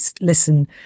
listen